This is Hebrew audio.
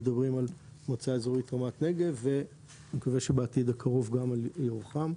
מדברים על מועצה אזורית רמת נגב ואני מקווה שבעתיד הקרוב גם על ירוחם.